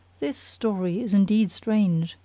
this story is indeed strange,